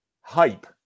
hype